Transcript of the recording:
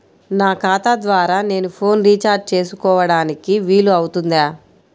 నా ఖాతా ద్వారా నేను ఫోన్ రీఛార్జ్ చేసుకోవడానికి వీలు అవుతుందా?